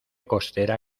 costera